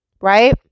right